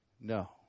No